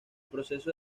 proceso